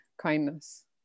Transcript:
kindness